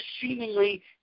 seemingly